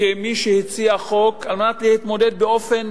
כמי שהציע חוק על מנת להתמודד באופן